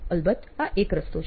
અલબત્ત આ એક રસ્તો છે